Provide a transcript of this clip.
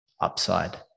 upside